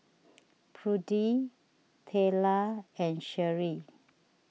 Prudie Tayla and Sheri